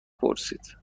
پرسید